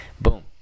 boom